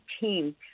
team